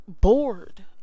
bored